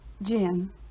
Jim